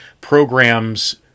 programs